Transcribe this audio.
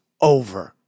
over